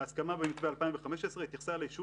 ההסכמה במתווה 2015 התייחסה לאישור